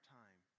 time